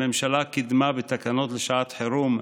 הממשלה קידמה בתקנות לשעת חירום,